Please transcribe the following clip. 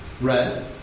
red